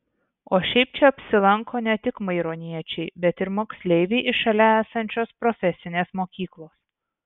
o šiaip čia apsilanko ne tik maironiečiai bet moksleiviai iš šalia esančios profesinės mokyklos